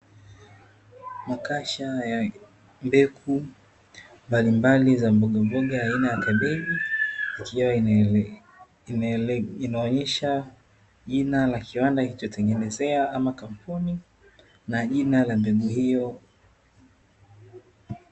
Makasha ya mbegu mbalimbali za mbogamboga aina ya kabeji, ikiwa inaonyesha jina la kiwanda kilichotengenezea ama kampuni na jina la mbegu hiyo.